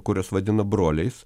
kuriuos vadino broliais